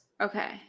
Okay